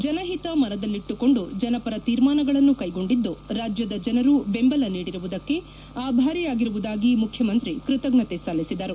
ಜನಹಿತ ಮನದಲ್ಲಿಟ್ಟುಕೊಂಡು ಜನಪರ ತೀರ್ಮಾನಗಳನ್ನು ಕೈಗೊಂಡಿದ್ದು ರಾಜ್ಯದ ಜನರು ಬೆಂಬಲ ನೀಡಿರುವುದಕ್ಕೆ ಆಭಾರಿಯಾಗಿರುವುದಾಗಿ ಮುಖ್ಯಮಂತ್ರಿ ಕೃತಜ್ಞತೆ ಸಲ್ಲಿಸಿದರು